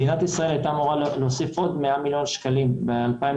מדינת ישראל הייתה אמורה להוסיף עוד 100 מיליון שקלים ב-2021,